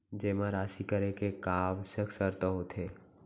जेमा राशि करे के का आवश्यक शर्त होथे?